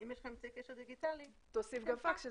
אם יש לך אמצעי קשר דיגיטלי, תוסיף גם פקס.